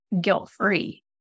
guilt-free